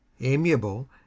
amiable